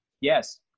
Yes